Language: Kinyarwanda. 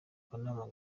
akanama